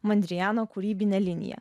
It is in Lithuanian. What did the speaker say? mondrijano kūrybinę liniją